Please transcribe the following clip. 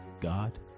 God